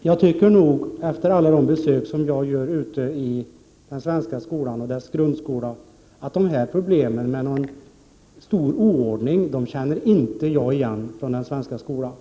Herr talman! Efter alla de besök som jag har gjort ute i den svenska skolan måste jag säga att jag inte känner igen talet om problem med ordningen.